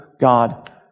God